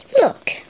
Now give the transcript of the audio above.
Look